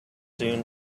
soon